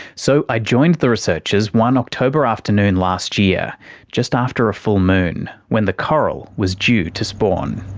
so i joined the researchers one october afternoon last year just after a full moon when the coral was due to spawn.